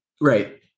Right